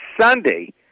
Sunday